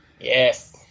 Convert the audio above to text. Yes